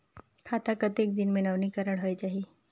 खाता कतेक दिन मे नवीनीकरण होए जाहि??